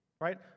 Right